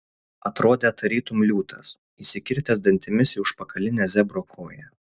atrodė tarytum liūtas įsikirtęs dantimis į užpakalinę zebro koją